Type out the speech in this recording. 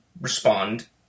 respond